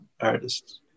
artists